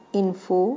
info